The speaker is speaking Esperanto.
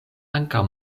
ankaŭ